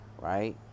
Right